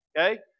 Okay